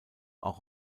auch